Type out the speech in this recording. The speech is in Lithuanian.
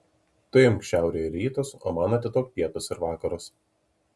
tu imk šiaurę ir rytus o man atiduok pietus ir vakarus